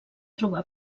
trobar